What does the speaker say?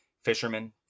Fishermen